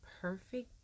perfect